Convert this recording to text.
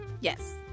Yes